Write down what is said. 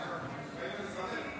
שרון ניר,